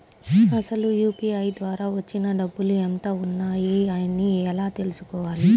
అసలు యూ.పీ.ఐ ద్వార వచ్చిన డబ్బులు ఎంత వున్నాయి అని ఎలా తెలుసుకోవాలి?